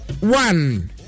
one